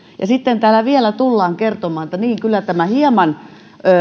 ja sitten täällä vielä tullaan kertomaan että niin kyllä tämä hieman